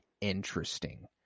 interesting